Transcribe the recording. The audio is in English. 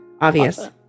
obvious